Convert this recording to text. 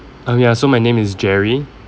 um ya so my name is jerry